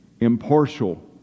impartial